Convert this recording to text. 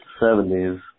70s